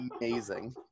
amazing